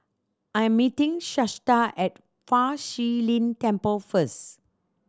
I am meeting Shasta at Fa Shi Lin Temple first